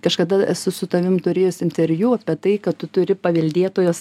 kažkada esu su tavim turėjus interviu apie tai kad tu turi paveldėtojos